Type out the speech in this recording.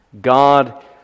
God